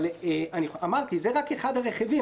אבל זה רק אחד הרכיבים.